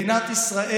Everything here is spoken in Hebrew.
חברים, מדינת ישראל